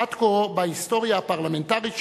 עד כה, בהיסטוריה הפרלמנטרית שלנו,